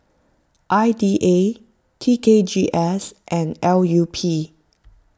I D A T K G S and L U P